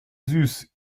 süß